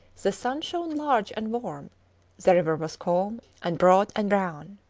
the sun shone large and warm the river was calm and broad and brown.